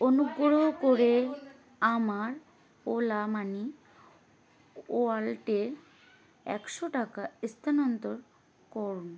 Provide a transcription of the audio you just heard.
অনুগ্রহ করে আমার ওলা মানি ওয়ালেটে একশো টাকা স্থানান্তর করুন